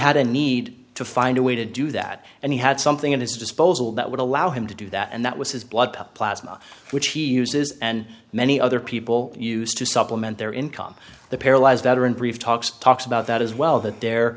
had a need to find a way to do that and he had something in his disposal that would allow him to do that and that was his blood plasma which he uses and many other people use to supplement their income the paralyzed veterans talks talks about that as well that their